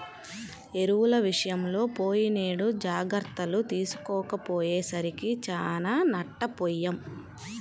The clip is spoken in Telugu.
ఎరువుల విషయంలో పోయినేడు జాగర్తలు తీసుకోకపోయేసరికి చానా నష్టపొయ్యాం